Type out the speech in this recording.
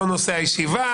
לא נושא הישיבה.